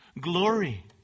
glory